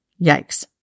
Yikes